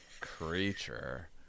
creature